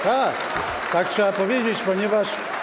Tak, tak trzeba powiedzieć, ponieważ.